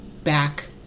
back